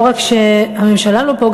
לא רק שהממשלה לא פה,